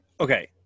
Okay